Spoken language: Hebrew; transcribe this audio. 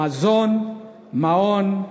מזון, מעון,